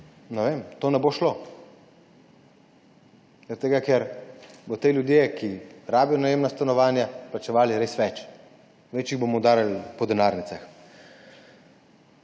to ne bo šlo. Ker bodo ti ljudje, ki rabijo najemna stanovanja, plačevali res več, bolj jih bomo udarili po denarnicah.